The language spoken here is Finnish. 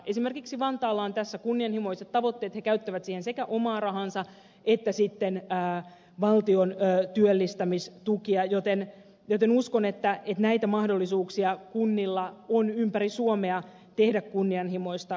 esimerkiksi vantaalla on tässä kunnianhimoiset tavoitteet he käyttävät siihen sekä omaa rahaansa että sitten valtion työllistämistukea joten uskon että näitä mahdollisuuksia kunnilla on ympäri suomea tehdä kunnianhimoista politiikkaa